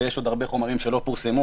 וגם היו דברים שלא פורסמו.